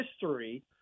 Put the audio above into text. history